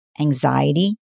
anxiety